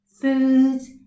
Foods